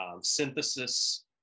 synthesis